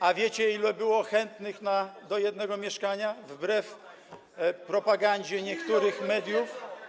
A wiecie, ilu było chętnych do jednego mieszkania, wbrew propagandzie niektórych mediów?